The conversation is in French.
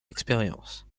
expérience